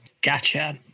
Gotcha